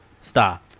Stop